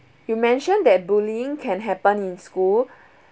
you mentioned that bullying can happen in school